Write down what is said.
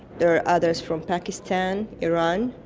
there are others from pakistan, iran.